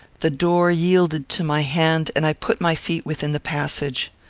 the door yielded to my hand, and i put my feet within the passage.